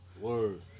Word